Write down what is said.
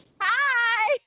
hi